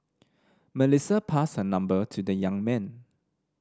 Melissa passed her number to the young man